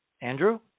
Andrew